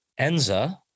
Enza